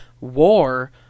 war